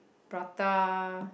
prata